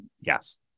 yes